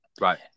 Right